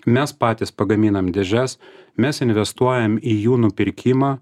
mes patys pagaminam dėžes mes investuojam į jų nupirkimą